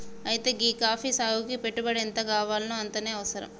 అయితే గీ కాఫీ సాగుకి పెట్టుబడి ఎంతగావాల్నో అంతనే అవసరం